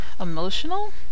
emotional